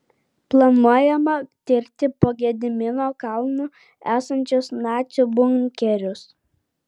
planuojama tirti po gedimino kalnu esančius nacių bunkerius